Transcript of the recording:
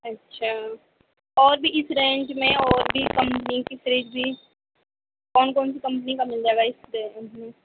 اچھا اور بھی اس رینج میں اور بھی کمپنی کی فریج بھی کون کون سی کمپنی کا مل جائے گا اس رینج میں